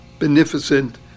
beneficent